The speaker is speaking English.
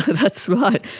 ah that's right.